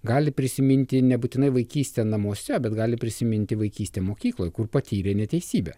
gali prisiminti nebūtinai vaikystę namuose bet gali prisiminti vaikystę mokykloje kur patyrė neteisybę